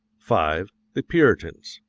five. the puritans.